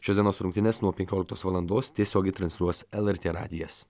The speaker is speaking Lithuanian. šios dienos rungtynes nuo penkioliktos valandos tiesiogiai transliuos lrt radijas